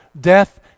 death